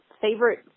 Favorite